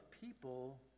people